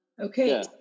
Okay